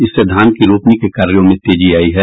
इससे धान की रोपनी के कार्यों में तेजी आयी है